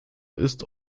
ist